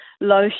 low